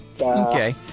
Okay